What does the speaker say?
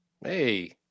Hey